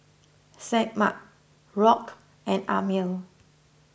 Semaj Rock and Amil